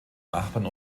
nachbarn